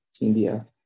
India